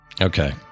Okay